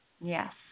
Yes